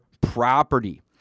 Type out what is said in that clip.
property